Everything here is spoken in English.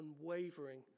unwavering